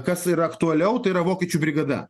kas yra aktualiau tai yra vokiečių brigada